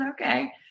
Okay